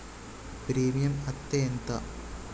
Premium అత్తే ఎంత?